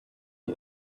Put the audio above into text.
die